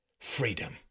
freedom